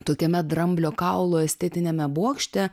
tokiame dramblio kaulo estetiniame bokšte